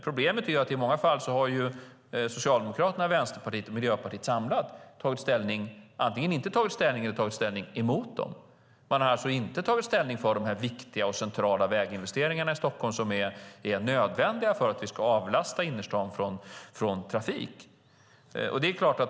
Problemet är att i många fall har Socialdemokraterna, Vänsterpartiet och Miljöpartiet samlat antingen inte tagit ställning eller tagit ställning emot detta. Man har alltså inte tagit ställning för de viktiga och centrala väginvesteringar i Stockholm som är nödvändiga för att vi ska avlasta innerstaden från trafik.